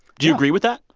do you agree with that?